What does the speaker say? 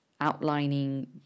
outlining